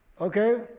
okay